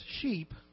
sheep